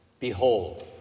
Behold